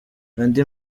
andi